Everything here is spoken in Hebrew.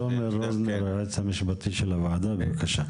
תומר רוזנר היועץ המשפטי של הוועדה, בבקשה.